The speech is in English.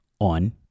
on